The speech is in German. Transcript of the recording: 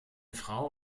frau